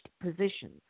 positions